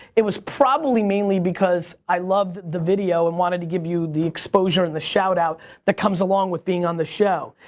it was probably mainly because i loved the video and wanted to give you the exposure and the shout out that comes along with being on the show,